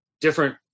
different